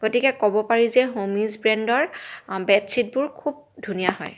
গতিকে ক'ব পাৰি যে হ'মিজ ব্ৰেণ্ডৰ বেডশ্বীটবোৰ খুব ধুনীয়া হয়